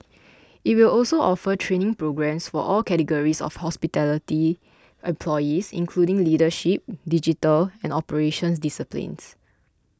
it will also offer training programmes for all categories of hospitality employees including leadership digital and operations disciplines